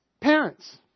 parents